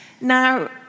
Now